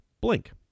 Blink